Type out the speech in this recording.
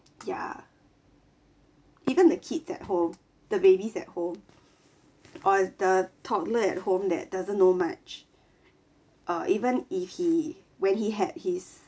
ya even the kids at home the babies at home or the toddler at home that doesn't know much uh even if he when he had his